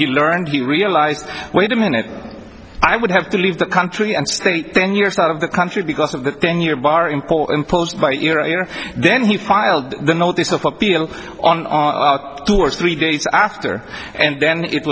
he learned he realized wait a minute i would have to leave the country and stay ten years out of the country because of the ten year bar in court and posed by iraq you know then he filed the notice of appeal on two or three days after and then it